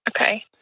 Okay